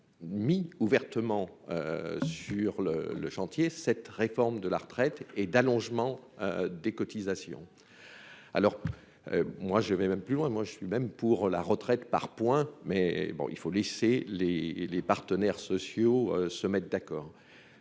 mis ouvertement sur le le chantier cette réforme de la retraite et d'allongement des cotisations alors moi je vais même plus loin : moi, je suis même pour la retraite par points, mais bon, il faut laisser les les partenaires sociaux se mettent d'accord,